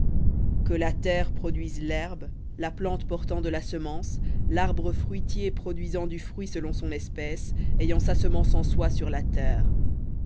que la terre produise l'herbe la plante portant de la semence l'arbre fruitier produisant du fruit selon son espèce ayant sa semence en soi sur la terre